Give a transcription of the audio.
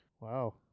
Wow